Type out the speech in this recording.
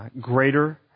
greater